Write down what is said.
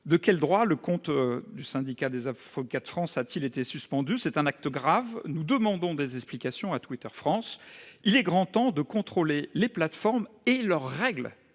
De quel droit le compte du Syndicat des avocats de France a-t-il été suspendu ? C'est un acte grave : nous demandons des explications à TwitterFrance ! Il est grand temps de contrôler les plateformes et leurs règles